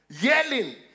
yelling